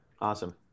Awesome